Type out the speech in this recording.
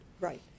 Right